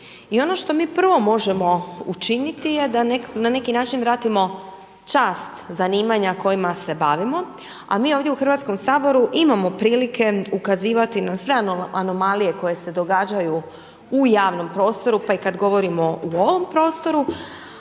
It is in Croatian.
I ono što mi prvo možemo učiniti je da na neki način vratimo čast zanimanja kojima se bavimo, a mi ovdje u HS-u imamo prilike ukazivati na sve anomalije koje se događaju u javnom prostoru, pa i kad govorimo u ovom prostoru,